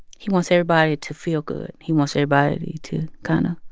he wants everybody to feel good. he wants everybody to kind of